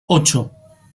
ocho